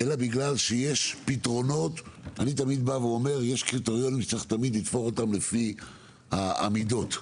אלא בגלל שאני תמיד אומר שיש קריטריונים שצריך תמיד לתפור לפי המידות,